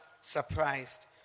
surprised